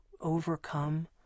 overcome